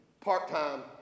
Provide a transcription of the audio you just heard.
part-time